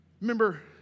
Remember